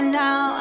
now